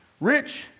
Rich